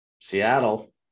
Seattle